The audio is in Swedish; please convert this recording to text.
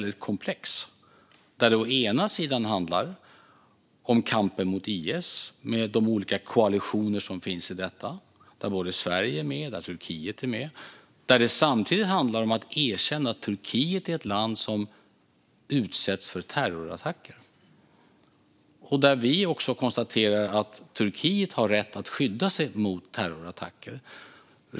Det handlar bland annat om kampen mot IS och de olika koalitioner som finns i detta. Där är både Sverige och Turkiet med. Det handlar samtidigt om att erkänna att Turkiet är ett land som utsätts för terrorattacker. Vi konstaterar att Turkiet har rätt att skydda sig mot terrorattacker.